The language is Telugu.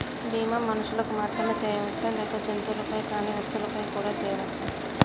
బీమా మనుషులకు మాత్రమే చెయ్యవచ్చా లేక జంతువులపై కానీ వస్తువులపై కూడా చేయ వచ్చా?